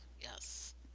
yes